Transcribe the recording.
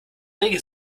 regel